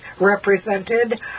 represented